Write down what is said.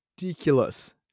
Ridiculous